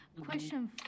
question